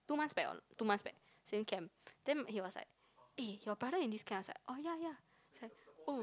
two months back or not two months back student camp then he was like eh your brother in this camp I was like oh yeah yeah he was like oh